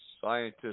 Scientists